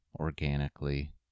organically